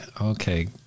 okay